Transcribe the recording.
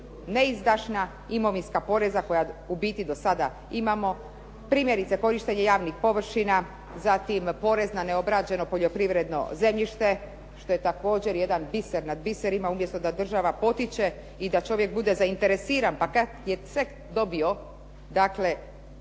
neizdašna imovinska poreza koja u biti do sada imamo primjerice korištenje javnih površina, zatim porez na neobrađeno poljoprivredno zemljište što je također jedan biser nad biserima. Umjesto da država potiče i da čovjek bude zainteresiran pa kad je sve dobio, dakle